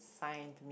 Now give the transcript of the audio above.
sign to me